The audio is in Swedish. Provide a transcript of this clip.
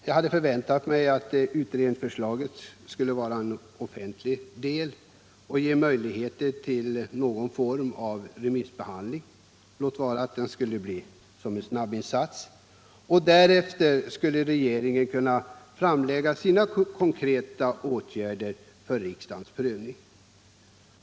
Jag hade förväntat mig att utredningsförslaget skulle vara offentligt och ge möjligheter till någon form av remissbehandling — låt vara att det måste få bli en snabbinsats — och att regeringen först därefter skulle framlägga sina förslag till konkreta åtgärder för riksdagens prövning.